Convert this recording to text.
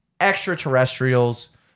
extraterrestrials